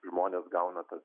žmonės gauna kad